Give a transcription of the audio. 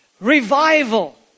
Revival